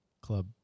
Club